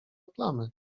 plamy